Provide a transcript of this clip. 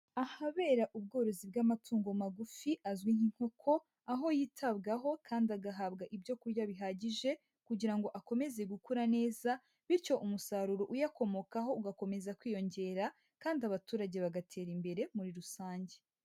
Ahabera ubworozi bw'amatungo magufi azwi nk'inkoko, aho yitabwaho kandi agahabwa ibyo kurya bihagije, kugira ngo akomeze gukura neza bityo umusaruro uyakomokaho ugakomeza kwiyongera, kandi abaturage bagatera imbere muri rusange.